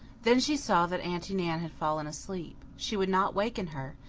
then she saw that aunty nan had fallen asleep. she would not waken her,